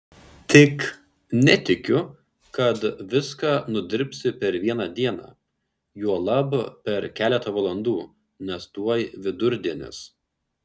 tik netikiu kad viską nudirbsi per vieną dieną juolab per keletą valandų nes tuoj vidurdienis